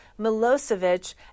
Milosevic